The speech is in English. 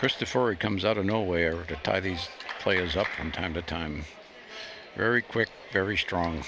christopher it comes out of nowhere to tie these players up from time to time very quick very strong